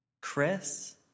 Chris